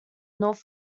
north